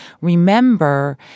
remember